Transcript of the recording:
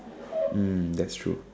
um that's true